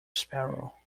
sparrow